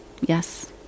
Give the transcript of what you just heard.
Yes